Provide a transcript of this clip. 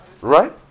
Right